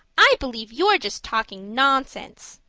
i believe you're just talking nonsense.